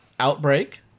Outbreak